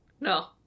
No